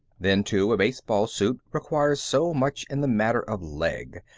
then too, a baseball suit requires so much in the matter of leg.